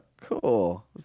Cool